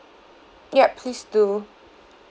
ya please do